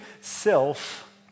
self